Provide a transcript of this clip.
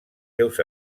seus